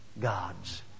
gods